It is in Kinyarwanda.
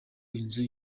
inzu